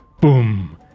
boom